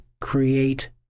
create